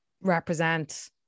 represent